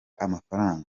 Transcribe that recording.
amafaranga